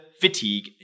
fatigue